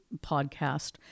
podcast